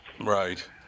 Right